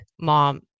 mom